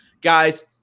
guys